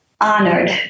honored